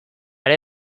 ere